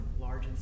large